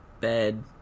bed